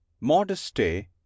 modesty